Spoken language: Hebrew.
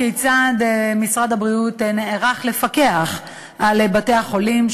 כיצד משרד הבריאות נערך לפקח על בתי-החולים,